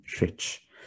rich